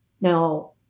Now